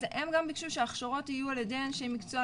אז הם גם ביקשו שההכשרות יהיו על ידי אנשי מקצוע,